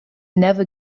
never